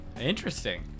Interesting